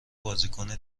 بازیکن